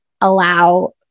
allow